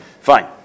Fine